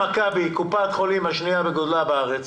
מכבי היא קופת החולים השניה בגודלה בארץ,